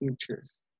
futures